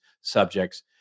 subjects